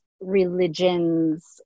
religions